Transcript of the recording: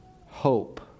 hope